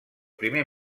primer